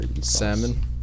Salmon